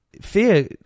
Fear